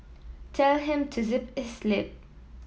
tell him to zip his lip